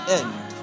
end